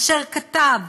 אשר כתב: